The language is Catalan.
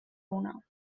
una